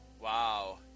Wow